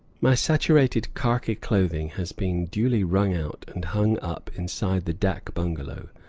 my saturated karki clothing has been duly wrung out and hung up inside the dak bungalow,